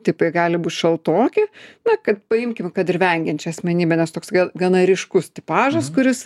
tipai gali būt šaltoki na kad paimkim kad ir vengiančią asmenybę nes toks gana ryškus tipažas kuris